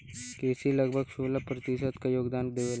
कृषि लगभग सोलह प्रतिशत क योगदान देवेला